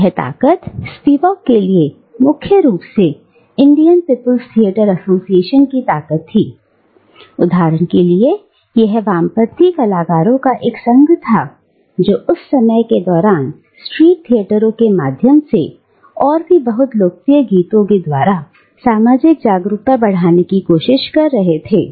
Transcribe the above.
यह ताकत स्पिवक के लिए मुख्य रूप से इंडियन पीपुल्स थियेटर एसोसिएशन की ताकत थी उदाहरण के लिए यह वामपंथी कलाकारों का एक संघ था जो उस समय के दौरान स्ट्रीट थिएटरों के आयोजन के माध्यम से और बहुत से लोकप्रिय गीतों के द्वारा सामाजिक जागरूकता बढ़ाने की कोशिश कर रहे थे